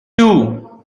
two